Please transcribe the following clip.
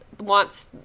wants